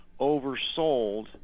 oversold